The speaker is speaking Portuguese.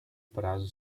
prazo